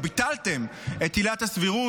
או ביטלתם את עילת הסבירות,